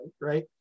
right